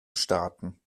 staaten